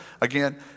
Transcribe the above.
again